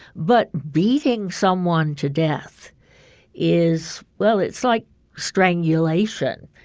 but beating someone to death is. well, it's like strangulation.